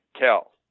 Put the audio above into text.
tell